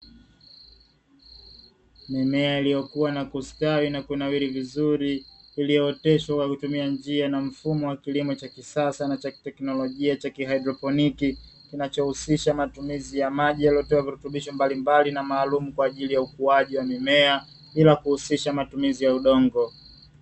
Mimea iliyokua na kustawi na kunawiri vizuri iliyooteshwa kwa kutumia njia na mfumo wa kilimo cha kisasa na cha kiteknolojia cha kihaidroponiki kinachohusisha matumizi ya maji yaliyotiwa virutubisho mbalimbali na maalumu kwa ajili ya ukuaji wa mimea bila kuhusisha matumizi ya udongo.